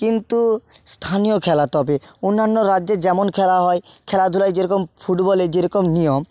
কিন্তু স্থানীয় খেলা তবে অন্যান্য রাজ্যে যেমন খেলা হয় খেলাধূলায় যেরকম ফুটবলের যেরকম নিয়ম